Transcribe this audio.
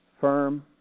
firm